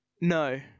No